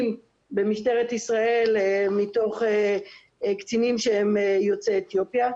במשטרת ישראל מתוך קצינים שהם יוצאי אתיופיה.